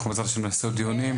אנחנו בעזרת ה' נעשה עוד דיונים.